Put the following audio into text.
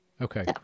okay